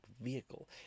vehicle